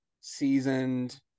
seasoned